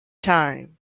time